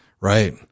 Right